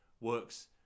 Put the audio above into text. works